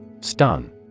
Stun